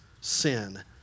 sin